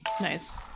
Nice